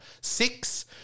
six